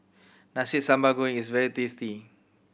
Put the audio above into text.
Nasi Sambal Goreng is very tasty